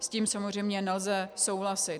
S tím samozřejmě nelze souhlasit.